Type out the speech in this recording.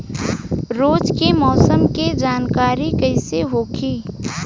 रोज के मौसम के जानकारी कइसे होखि?